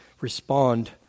respond